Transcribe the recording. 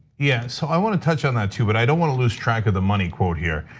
yeah, so i wanna touch on that too, but i don't wanna lose track of the money code here.